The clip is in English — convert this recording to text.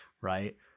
right